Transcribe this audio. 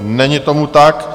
Není tomu tak.